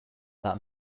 that